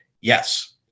yes